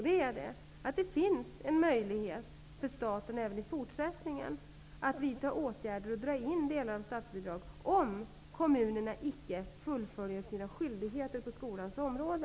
Det finns även i fortsättningen en möjlighet för staten att vidta åtgärder och dra in delar av statsbidraget om kommunerna icke fullföljer sina skyldigheter på skolans område.